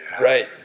Right